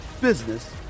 business